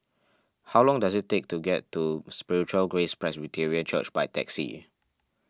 how long does it take to get to Spiritual Grace Presbyterian Church by taxi